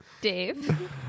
Dave